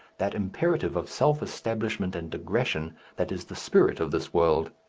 that imperative of self-establishment and aggression that is the spirit of this world.